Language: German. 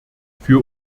für